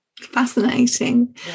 Fascinating